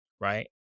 right